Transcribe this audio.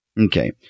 Okay